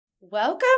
Welcome